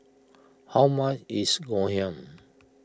how much is Ngoh Hiang